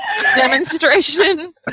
demonstration